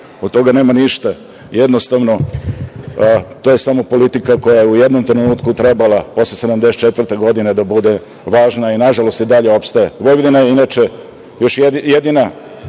Od toga nema ništa. Jednostavno, to je samo politika koja je u jednom trenutku trebala, posle 1974. godine, da bude važna i, nažalost, i dalje opstaje. Vojvodina je, inače, još jedina